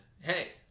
hey